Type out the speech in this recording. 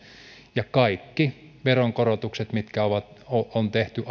ja kaikki veronkorotukset mitkä on tehty